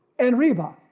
and reba,